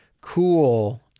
cool